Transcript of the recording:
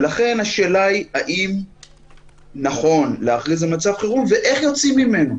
ולכן השאלה היא אם נכון להכריז על מצב חירום ואיך יוצאים ממנו.